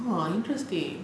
!wah! interesting